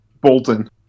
Bolton